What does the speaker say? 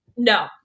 No